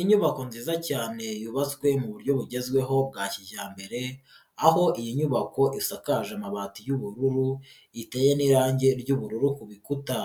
Inyubako nziza cyane yubatswe mu buryo bugezweho bwa kijyambere, aho iyi nyubako isakaje amabati y'ubururu, iteye n'irangi ry'ubururu ku bikuta,